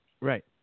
Right